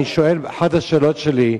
אני שואל, אחת השאלות שלי: